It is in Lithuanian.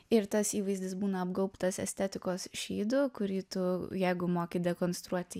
ir tas įvaizdis būna apgaubtas estetikos šydu kurį tu jeigu moki dekonstruoti